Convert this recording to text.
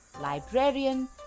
librarian